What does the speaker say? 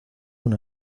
una